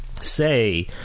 say